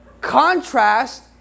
Contrast